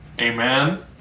Amen